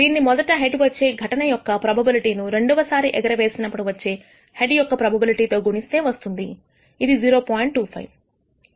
దీనిని మొదట హెడ్ వచ్చే ఘటన యొక్క ప్రోబబిలిటీ ను రెండోసారి ఎగరవేసినప్పుడు వచ్చే హెడ్ యొక్క ప్రోబబిలిటీ తో గుణిస్తే వస్తుంది ఇది 0